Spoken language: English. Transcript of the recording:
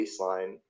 baseline